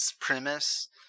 premise